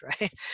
right